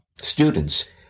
students